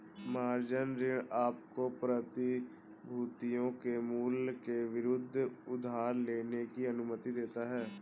margin ऋण आपको प्रतिभूतियों के मूल्य के विरुद्ध उधार लेने की अनुमति देता है